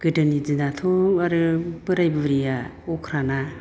गोदोनि दिनाथ' आरो बोराय बुरैया अख्रा ना